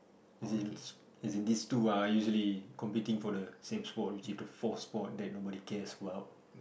as in as in these two are usually competing for the same spot which is to fourth spot which nobody cares about